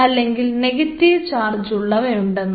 അല്ലെങ്കിൽ negative charge ഉണ്ടെന്ന്